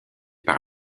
par